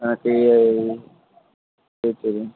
ஆ சரி சரி சரிங்க